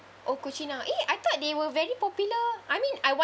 oh cucina eh I thought they were very popular I mean I wanted